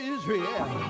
Israel